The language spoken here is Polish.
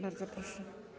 Bardzo proszę.